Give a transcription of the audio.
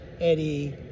Eddie